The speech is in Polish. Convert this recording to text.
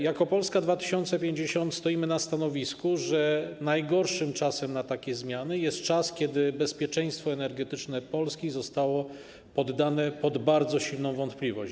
Jako Polska 2050 stoimy na stanowisku, że najgorszym czasem na takie zmiany jest czas, kiedy bezpieczeństwo energetyczne Polski zostało podane w bardzo silną wątpliwość.